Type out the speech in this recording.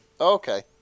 Okay